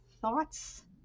thoughts